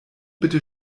bitte